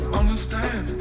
understand